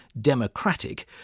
democratic